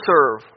serve